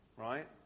Right